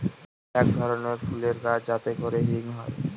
এক ধরনের ফুলের গাছ যাতে করে হিং হয়